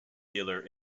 dealer